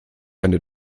eine